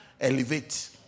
elevate